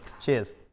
Cheers